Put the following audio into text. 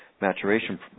maturation